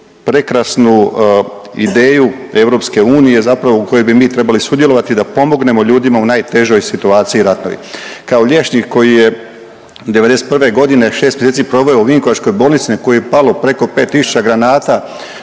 ideju EU zapravo u kojoj bi mi trebali sudjelovati da pomognemo ljudima u najtežoj situaciji ratnoj. Kao liječnik koji je '91.g. 6 mjeseci proveo u vinkovačkoj bolnici na koju je palo preko 5 tisuće granata,